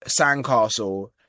sandcastle